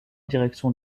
direction